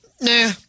Nah